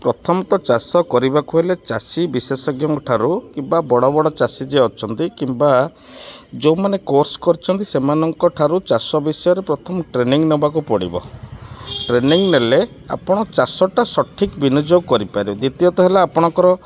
ପ୍ରଥମତଃ ଚାଷ କରିବାକୁ ହେଲେ ଚାଷୀ ବିଶେଷଜ୍ଞଙ୍କ ଠାରୁ କିମ୍ବା ବଡ଼ ବଡ଼ ଚାଷୀ ଯେ ଅଛନ୍ତି କିମ୍ବା ଯୋଉମାନେ କୋର୍ସ କରିଛନ୍ତି ସେମାନଙ୍କଠାରୁ ଚାଷ ବିଷୟରେ ପ୍ରଥମ ଟ୍ରେନିଂ ନେବାକୁ ପଡ଼ିବ ଟ୍ରେନିଂ ନେଲେ ଆପଣ ଚାଷଟା ସଠିକ୍ ବିନିଯୋଗ କରିପାରିବେ ଦ୍ଵିତୀୟତଃ ହେଲା ଆପଣଙ୍କର